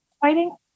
fighting